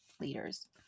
leaders